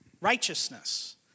righteousness